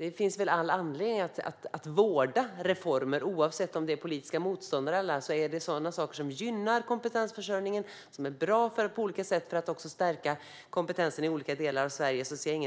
Det finns all anledning att vårda reformer som är bra, oavsett om de kommer från politiska motståndare. Jag ser ingen anledning att rycka undan fötterna för det som gynnar kompetensförsörjningen och som är bra för att stärka kompetensen i olika delar av Sverige.